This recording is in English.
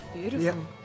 Beautiful